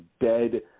dead